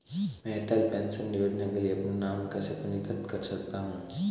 मैं अटल पेंशन योजना के लिए अपना नाम कैसे पंजीकृत कर सकता हूं?